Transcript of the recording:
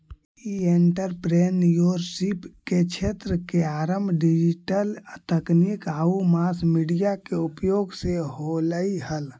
ई entrepreneurship क्क्षेत्र के आरंभ डिजिटल तकनीक आउ मास मीडिया के उपयोग से होलइ हल